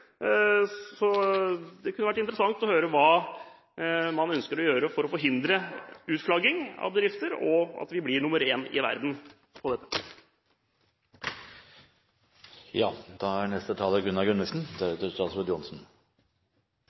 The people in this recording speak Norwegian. Det kunne vært interessant å høre hva man ønsker å gjøre for å forhindre utflagging av bedrifter, slik at vi blir nr. 1 i verden på